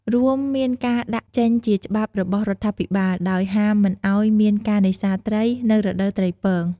រួមមានការដាក់ចេញជាច្បាប់របស់រដ្ឋាភិបាល ដោយហាមមិនអោយមានការនេសាទត្រី នៅរដូវត្រីពង។